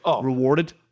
rewarded